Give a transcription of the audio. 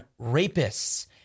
rapists